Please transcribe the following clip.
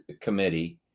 Committee